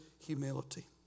humility